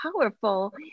powerful